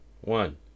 One